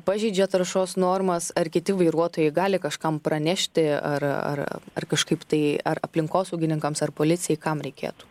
pažeidžia taršos normas ar kiti vairuotojai gali kažkam pranešti ar ar ar kažkaip tai ar aplinkosaugininkams ar policijai kam reikėtų